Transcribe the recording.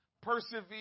persevere